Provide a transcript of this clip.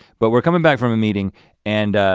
but we're coming back from a meeting and